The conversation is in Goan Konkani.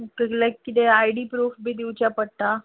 लायक किते आयडी प्रूफ बीन दिवचे पडटा